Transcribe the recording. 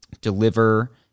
deliver